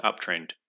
uptrend